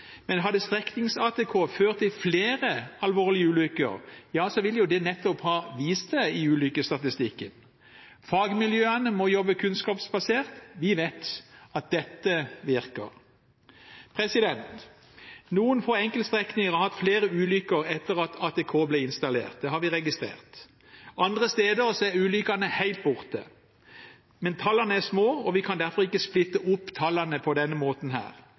Men hadde streknings-ATK ført til flere alvorlige ulykker, ville det ha vist seg i ulykkesstatistikken. Fagmiljøene må jobbe kunnskapsbasert. Vi vet at dette virker. Noen få enkeltstrekninger har hatt flere ulykker etter at ATK ble installert, det har vi registrert. Andre steder er ulykkene helt borte. Men tallene er små, og vi kan derfor ikke splitte opp tallene på denne måten.